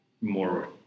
more